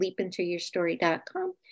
leapintoyourstory.com